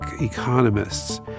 economists